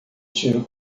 tiro